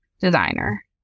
designer